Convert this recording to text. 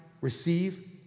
receive